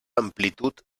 amplitud